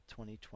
2020